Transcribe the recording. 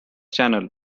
channel